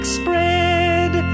spread